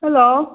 hello